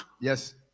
Yes